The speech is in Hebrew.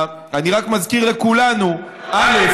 אני רק מזכיר לכולנו: א.